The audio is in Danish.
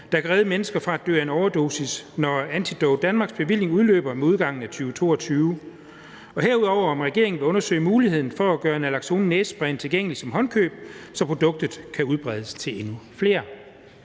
der kan redde mennesker fra at dø af en overdosis, når Antidote Danmarks bevilling udløber ved udgangen af 2022, og herudover om regeringen vil undersøge muligheden for at gøre næsespray med naloxon tilgængelig som håndkøb, så produktet kan udbredes til endnu flere.